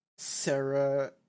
Sarah